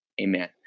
Amen